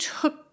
took